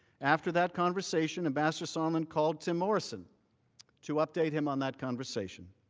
after that conversation ambassador sondland called to morrison to update him on that conversation.